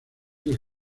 del